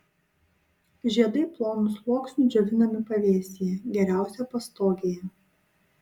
žiedai plonu sluoksniu džiovinami pavėsyje geriausia pastogėje